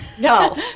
No